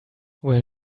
where